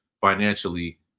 financially